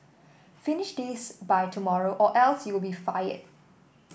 finish this by tomorrow or else you'll be fired